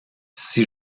six